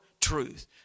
truth